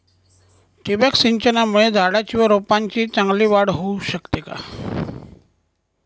ठिबक सिंचनामुळे झाडाची व रोपांची चांगली वाढ होऊ शकते का?